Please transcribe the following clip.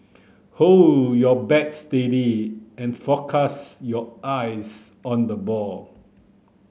hold your bat steady and focus your eyes on the ball